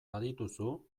badituzu